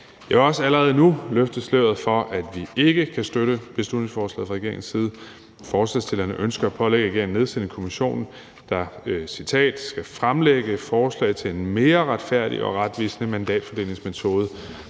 Jeg vil også allerede nu løfte sløret for, at vi fra regeringens side ikke kan støtte beslutningsforslaget. Forslagsstillerne ønsker at pålægge regeringen at nedsætte en kommission, der, og jeg citerer, »kan fremlægge forslag til en mere retfærdig og retvisende mandatfordelingsmetode«.